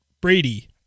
Brady